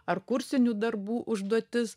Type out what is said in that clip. ar kursinių darbų užduotis